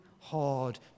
hard